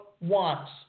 wants